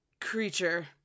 creature